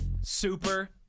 Super